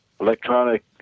electronic